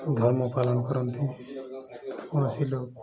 ଧର୍ମ ପାଳନ କରନ୍ତି କୌଣସି ଲୋକ